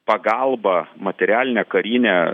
pagalba materialinė karinė